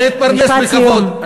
ולהתפרנס בכבוד, משפט סיום.